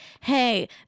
Hey